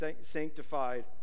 sanctified